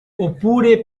oppure